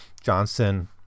Johnson